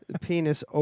penis